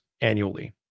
annually